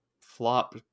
flop